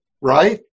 right